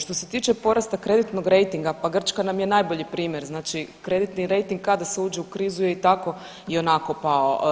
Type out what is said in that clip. Što se tiče porasta kreditnoj rejtinga, pa Grčka nam je najbolji primjer, znači kreditni rejting kada se uđe u krizu je i tako i onako pao.